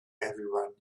everyone